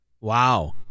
Wow